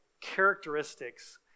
characteristics